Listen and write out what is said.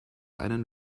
einen